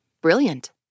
Brilliant